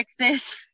texas